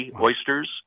oysters